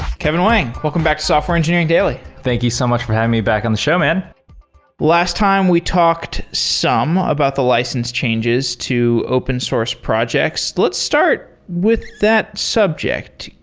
kevin wang, welcome back software engineering daily thank you so much for having me back on the show, man last time we talked some about the license changes to open source projects. let's start with that subject.